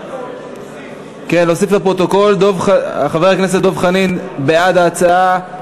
נוסיף לפרוטוקול: חבר הכנסת דב חנין בעד ההצעה,